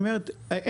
זאת אומרת,